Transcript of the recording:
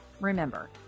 Remember